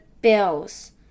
Bills